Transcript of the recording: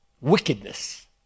wickedness